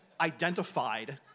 identified